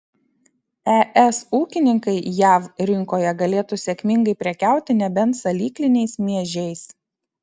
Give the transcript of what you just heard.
es ūkininkai jav rinkoje galėtų sėkmingai prekiauti nebent salykliniais miežiais